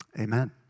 Amen